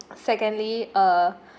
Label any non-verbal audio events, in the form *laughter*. secondly uh *breath*